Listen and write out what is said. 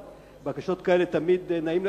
ובקשות כאלה תמיד נעים,